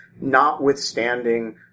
notwithstanding